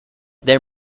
there